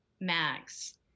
Max